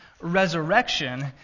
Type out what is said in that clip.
Resurrection